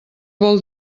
vol